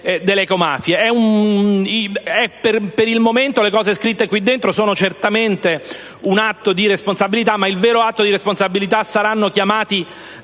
Per il momento le cose scritte nel documento in esame sono certamente un atto di responsabilità, ma il vero atto di responsabilità saranno chiamati